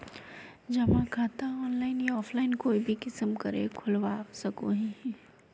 जमा खाता ऑनलाइन या ऑफलाइन कोई भी किसम करे खोलवा सकोहो ही?